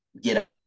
get